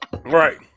Right